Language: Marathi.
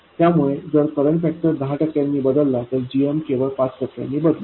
त्यामुळे जर करंट फॅक्टर दहा टक्क्यांनी बदलला तर gm केवळ पाच टक्क्यांनी बदलेल